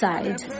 Side